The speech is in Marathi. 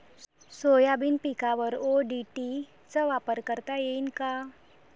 सोयाबीन पिकावर ओ.डी.टी चा वापर करता येईन का?